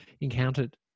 encountered